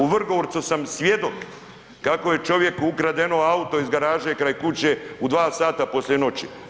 U Vrgorcu sam svjedok kako je čovjeku ukradeno auto iz garaže kraj kuće u dva sata poslije noći.